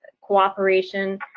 cooperation